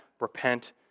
repent